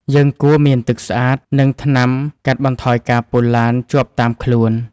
យើងគួរមានទឹកស្អាត និងថ្នាំកាត់បន្ថយការពុលឡានជាប់តាមខ្លួន។